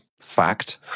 fact